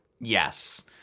Yes